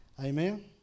Amen